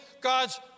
God's